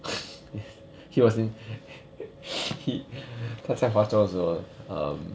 he was in he 他在华中的时候 um